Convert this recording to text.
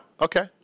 Okay